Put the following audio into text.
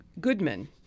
Goodman